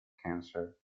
cancer